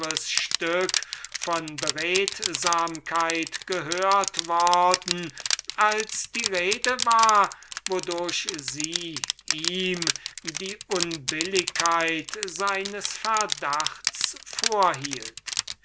von beredsamkeit gehört worden als die rede war wodurch sie ihm die unbilligkeit seines verdachts